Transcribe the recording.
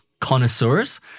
connoisseurs